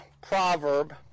proverb